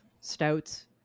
stouts